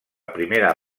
primera